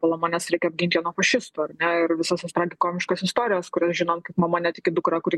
puolama nes reikia apgint ją nuo fašistų ar ne ir visas tos tragikomiškos istorijos kurias žinom kaip mama netiki dukra kuri